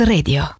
Radio